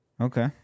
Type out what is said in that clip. Okay